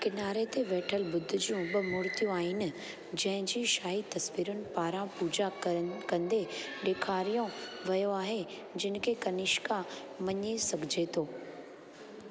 किनारे ते वेठलु ॿुध्द जूं ॿ मूर्तियूं आहिनि जंहिंजी शाही तस्वीरुनि पारां पूॼा कंदे ॾेखारियो वियो आहे जिन खे कनिष्का मञी सघिजे थो